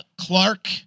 Clark